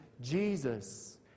Jesus